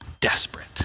Desperate